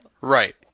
Right